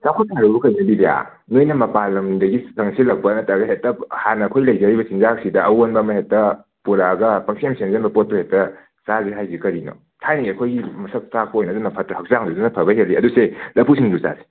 ꯆꯥꯎꯈꯠꯇꯦ ꯍꯥꯏꯕꯣ ꯀꯩꯅꯣ ꯕꯤꯗ꯭ꯌꯥ ꯅꯣꯏꯅ ꯃꯄꯥꯜꯂꯝꯗꯒꯤ ꯆꯪꯁꯤꯜꯂꯛꯄ ꯅꯠꯇ꯭ꯔꯒ ꯍꯦꯛꯇ ꯍꯥꯟꯅ ꯑꯩꯈꯣꯏ ꯂꯩꯖꯔꯤꯕ ꯆꯤꯟꯖꯥꯛꯁꯤꯗ ꯑꯋꯣꯟꯕ ꯑꯃ ꯍꯦꯛꯇ ꯄꯨꯔꯛꯑꯒ ꯄꯪꯁꯦꯝ ꯁꯦꯝꯖꯤꯟꯕ ꯄꯣꯠꯇꯣ ꯍꯦꯛꯇ ꯆꯥꯁꯦ ꯍꯥꯏꯁꯦ ꯀꯔꯤꯅꯣ ꯊꯥꯏꯅꯒꯤ ꯑꯩꯈꯣꯏꯒꯤ ꯃꯁꯛ ꯇꯥꯛꯄ ꯑꯗꯨꯅ ꯐꯠꯇ꯭ꯔꯥ ꯍꯛꯆꯥꯡꯁꯨ ꯑꯗꯨꯅ ꯐꯕ ꯍꯦꯜꯂꯤ ꯑꯗꯨ ꯁꯦ ꯂꯐꯨ ꯁꯤꯡꯖꯨ ꯆꯥꯁꯦ